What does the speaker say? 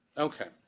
okay,